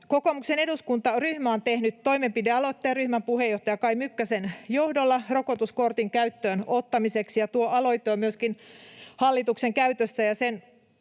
Kokoomuksen eduskuntaryhmä on tehnyt toimenpidealoitteen ryhmän puheenjohtajan Kai Mykkäsen johdolla rokotuskortin käyttöönottamiseksi, ja tuo aloite on myöskin hallituksen käytössä,